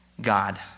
God